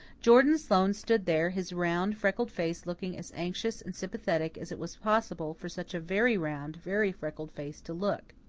jordan sloane stood there, his round, freckled face looking as anxious and sympathetic as it was possible for such a very round, very freckled face to look.